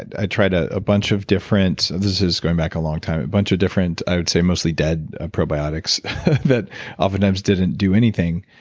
and tried a a bunch of different. this is going back a long time. a bunch of different, i'd say mostly dead ah probiotics that oftentimes didn't do anything.